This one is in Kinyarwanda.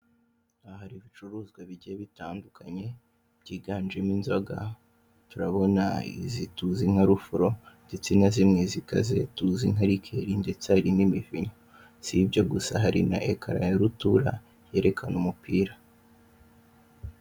Aha hari ibicuruzwa bitandukanye byiganjemo inzoga turabona izi tuzi nka rufuro ndetse na zimwe zikaze tuzi nka liquer ndetse hari n'imivinyo, sibyo gusa hari na ecran yarutura yerekana umupira.